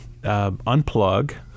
unplug